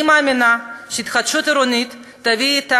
אני מאמינה שהתחדשות עירונית תביא אתה